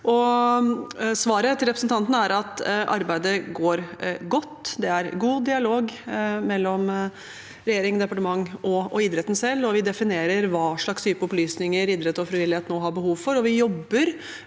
Svaret til representanten er at arbeidet går godt. Det er god dialog mellom regjering, departement og idretten selv. Vi definerer hva slags type opplysninger idrett og frivillighet nå har behov for,